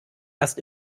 erst